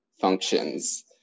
functions